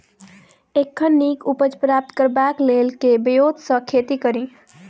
एखन नीक उपज प्राप्त करबाक लेल केँ ब्योंत सऽ खेती कड़ी?